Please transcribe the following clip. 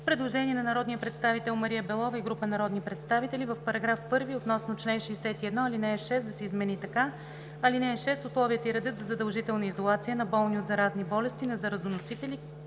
Предложение на народния представител Мария Белова и група народни представители: „В § 1 относно чл. 61, ал. 6 да се измени така: „(6) Условията и редът за задължителна изолация на болни от заразни болести, на заразоносители,